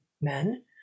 men